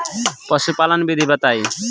पशुपालन विधि बताई?